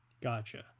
gotcha